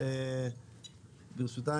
ברשותה